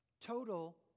Total